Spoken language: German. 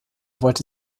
wollte